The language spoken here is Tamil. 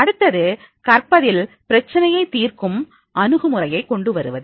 அடுத்தது கற்பதில் பிரச்சனையை தீர்க்கும் அணுகுமுறையை கொண்டு வருவது